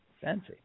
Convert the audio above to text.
fancy